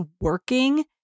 working